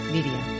Media